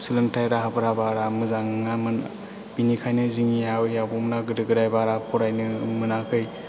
सोलोंथाय राहाफोरा बारा मोजां नङामोन बिनिखायनो जोंनि आबै आबौमोनहा गोदो गोदाय बारा फरायनो मोनाखै